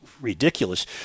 ridiculous